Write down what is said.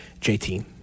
JT